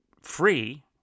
free